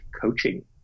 coaching